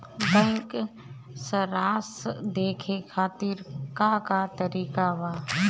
Bank सराश देखे खातिर का का तरीका बा?